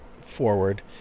forward